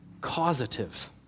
causative